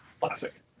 classic